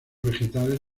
vegetales